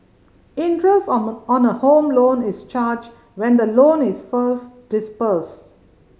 interest on on a Home Loan is charged when the loan is first disbursed